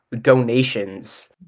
donations